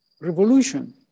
revolution